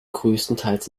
größtenteils